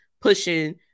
pushing